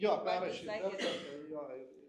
jo perrašyt dar kartą jo ir ir